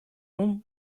том